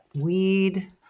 weed